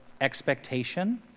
expectation